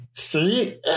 See